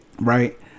right